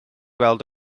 weld